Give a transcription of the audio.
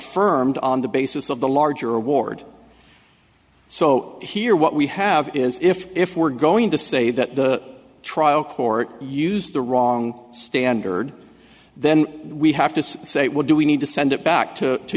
affirmed on the basis of the larger award so here what we have is if if we're going to say that the trial court used the wrong standard then we have to say well do we need to send it back to to